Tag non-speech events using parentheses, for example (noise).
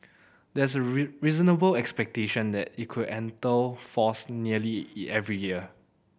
there's a (unintelligible) reasonable expectation that it could enter force early every year